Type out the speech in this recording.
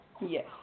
Yes